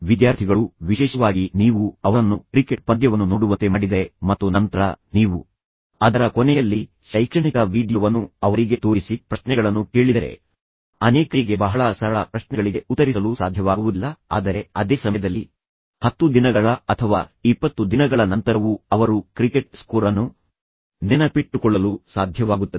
ವಿದ್ಯಾರ್ಥಿಗಳು ವಿಶೇಷವಾಗಿ ನೀವು ಅವರನ್ನು ಕ್ರಿಕೆಟ್ ಪಂದ್ಯವನ್ನು ನೋಡುವಂತೆ ಮಾಡಿದರೆ ಮತ್ತು ನಂತರ ನೀವು ಅದರ ಕೊನೆಯಲ್ಲಿ ಶೈಕ್ಷಣಿಕ ವೀಡಿಯೊವನ್ನು ಅವರಿಗೆ ತೋರಿಸಿ ಪ್ರಶ್ನೆಗಳನ್ನು ಕೇಳಿದರೆ ಅನೇಕರಿಗೆ ಬಹಳ ಸರಳ ಪ್ರಶ್ನೆಗಳಿಗೆ ಉತ್ತರಿಸಲು ಸಾಧ್ಯವಾಗುವುದಿಲ್ಲ ಆದರೆ ಅದೇ ಸಮಯದಲ್ಲಿ 10 ದಿನಗಳ ಅಥವಾ 20 ದಿನಗಳ ನಂತರವೂ ಅವರು ಕ್ರಿಕೆಟ್ ಸ್ಕೋರ್ ಅನ್ನು ನೆನಪಿಟ್ಟುಕೊಳ್ಳಲು ಸಾಧ್ಯವಾಗುತ್ತದೆ